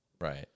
Right